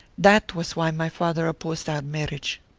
that was why my father opposed our marriage.